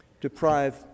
deprive